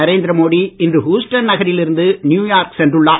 நரேந்திர மோடி இன்று ஹுஸ்டன் நகரில் இருந்து நியுயார்க் சென்றுள்ளார்